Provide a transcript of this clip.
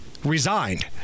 Resigned